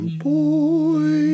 boy